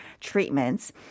treatments